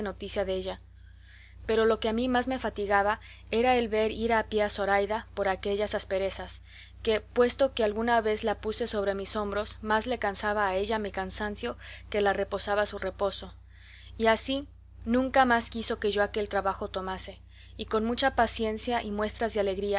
noticia della pero lo que a mí más me fatigaba era el ver ir a pie a zoraida por aquellas asperezas que puesto que alguna vez la puse sobre mis hombros más le cansaba a ella mi cansancio que la reposaba su reposo y así nunca más quiso que yo aquel trabajo tomase y con mucha paciencia y muestras de alegría